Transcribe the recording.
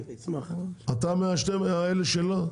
אתה מהאלה שלא?